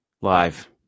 Live